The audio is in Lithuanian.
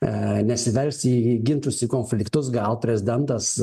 nesivelsi į ginčius į konfliktus gal prezidentas